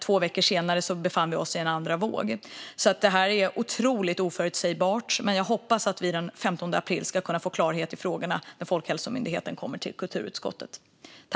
Två veckor senare befann vi oss dock i en andra våg. Detta är alltså otroligt oförutsägbart, men jag hoppas att vi ska få klarhet i dessa frågor den 15 april, när Folkhälsomyndigheten kommer till kulturutskottet.